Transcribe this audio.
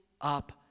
up